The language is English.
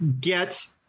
get